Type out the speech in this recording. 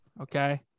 Okay